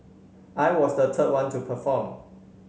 I was the third one to perform